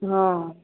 ହଁ